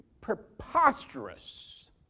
preposterous